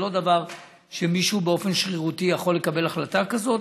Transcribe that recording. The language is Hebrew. זה לא דבר שמישהו יכול לקבל החלטה כזאת